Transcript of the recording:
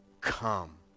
come